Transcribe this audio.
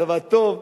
צבא טוב,